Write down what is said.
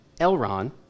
Elron